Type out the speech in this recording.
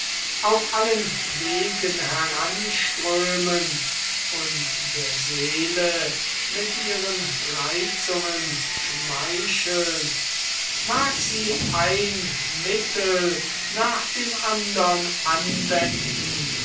auf allen wegen heranströmen und der seele mit ihren reizungen schmeicheln mag sie ein mittel nach dem andern anwenden